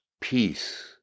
peace